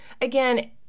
again